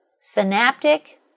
synaptic